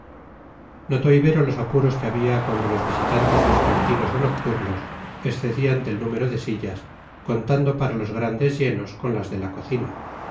tierra notó ibero los apuros que había cuando los visitantes vespertinos o nocturnos excedían del número de sillas contando para los grandes llenos con las de la cocina